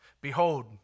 behold